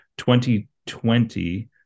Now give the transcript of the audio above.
2020